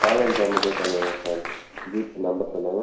online பேமெண்டே பண்ணிடுறேன் sir GPay number சொல்லுங்கள்